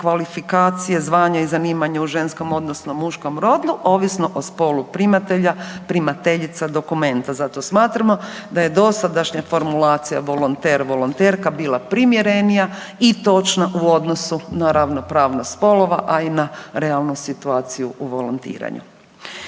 kvalifikacije, zvanja i zanimanja u ženskom odnosno muškom rodu ovisno o spolu primatelja, primateljica dokumenta. Zato smatramo da je dosadašnja formulacija volonter, volonterka bila primjerenija i točna u odnosu na ravnopravnost spolova, a i na realnu situaciju u volontiranju.